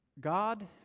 God